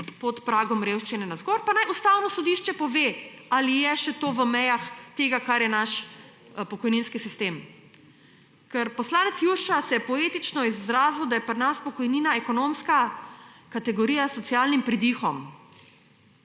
pod pragom revščine navzgor, pa naj Ustavno sodišče pove, ali je še to v mejah tega, kar je naš pokojninski sistem. Poslanec Jurša se je poetično izrazil, da je pri nas pokojnina ekonomska kategorija s socialnim pridihom.